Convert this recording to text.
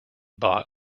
bought